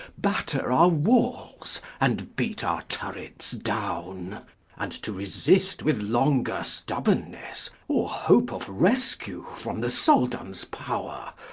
batter our walls and beat our turrets down and to resist with longer stubbornness, or hope of rescue from the soldan's power,